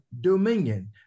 dominion